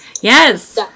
yes